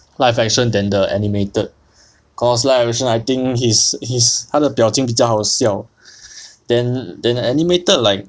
live action than the animated cause live action I think he's he's 他的表情比较好笑 then then the animated like